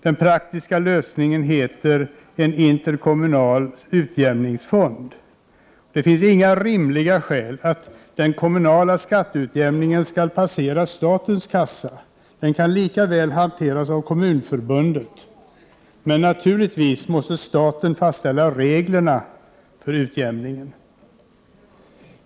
Den praktiska lösningen heter en interkommunal utjämningsfond. Det finns inga rimliga skäl att den kommunala skatteutjämningen skall passera statens kassa. Den kan lika väl hanteras av Kommunförbundet, men naturligtvis måste staten fastställa reglerna för utjämningen.